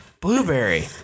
Blueberry